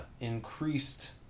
increased